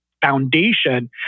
foundation